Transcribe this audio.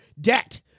debt